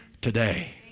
today